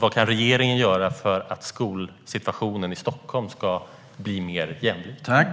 Vad kan regeringen göra för att skolsituationen i Stockholm ska bli mer jämlik?